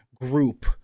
group